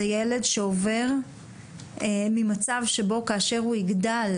זה ילד שעובר ממצב שבו כאשר הוא יגדל,